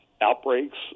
outbreaks